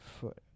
foot